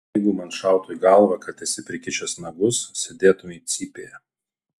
jeigu man šautų į galvą kad esi prikišęs nagus sėdėtumei cypėje